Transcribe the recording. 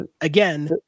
again